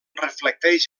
reflecteix